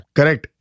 Correct